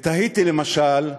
ותהיתי, למשל,